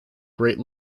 great